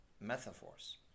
metaphors